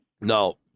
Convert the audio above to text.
No